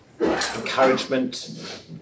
encouragement